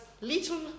little